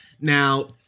Now